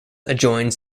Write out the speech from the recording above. adjoins